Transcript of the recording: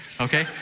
okay